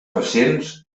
pacients